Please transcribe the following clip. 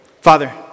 Father